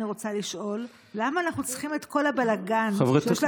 אני רוצה לשאול: למה אנחנו צריכים את כל הבלגן שיש לנו עכשיו,